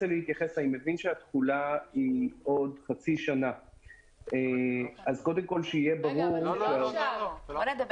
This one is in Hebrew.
מבין שהתחולה היא עוד חצי שנה --- אבל זה לא עכשיו.